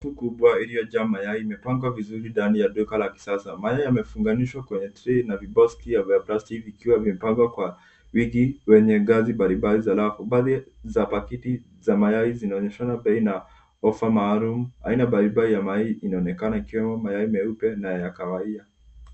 ...kubwa iliyojaa mayai imepangwa vizuri ndani ya duka la kisasa. Mayai yamefunganishwa kwenye tray na viboksi vya plastiki vikiwa vimepangwa kwa wingi wenye ngazi mbalimbali za rafu. Baadhi za pakiti za mayai zinaonyeshana bei na ofa maalum. Aina mbalimbali ya mayai inaonekana ikiwemo mayai meupe na ya kahawia.